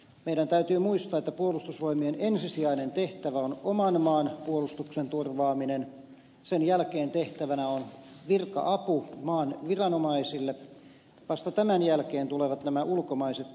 meidän täytyy muistaa että puolustusvoimien ensisijainen tehtävä on oman maan puolustuksen turvaaminen sen jälkeen tehtävänä on virka apu maan viranomaisille ja vasta tämän jälkeen tulevat nämä ulkomaiset tehtävät